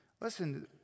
listen